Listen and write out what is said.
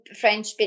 French